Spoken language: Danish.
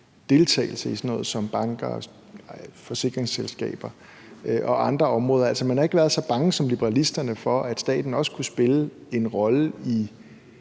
deltagelse i sådan noget som banker og forsikringsselskaber og andre områder. Man har ikke været så bange som liberalisterne for, at staten også kunne spille en rolle i